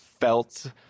felt